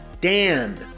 Dan